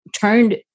turned